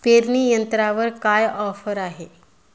पेरणी यंत्रावर काय ऑफर आहे?